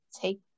take